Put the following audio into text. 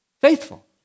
faithful